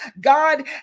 God